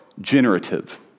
generative